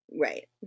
Right